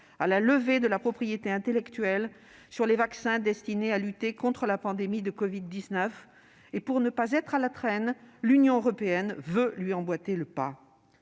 à la levée de la propriété intellectuelle sur les vaccins destinés à lutter contre la pandémie de covid-19. Pour ne pas être à la traîne, l'Union européenne veut lui emboîter le pas.